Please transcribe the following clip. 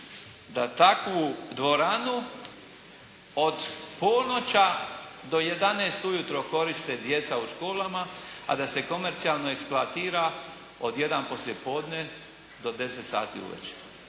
da takvu dvoranu od ponoća do 11 ujutro koriste djeca u školama, a da se komercijalno eksploatira od 1 poslije podne do 10 sati uvečer.